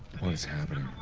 what is happening?